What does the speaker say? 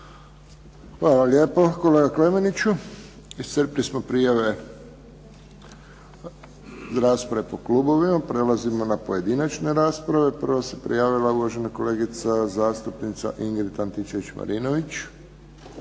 Hvala lijepo kolega Klemeniću. Iscrpili smo prijave za rasprave po klubovima. Prelazimo na pojedinačne rasprave. Prva se prijavila uvažena kolegica zastupnica Ingrid Antičević-Marinović. Nema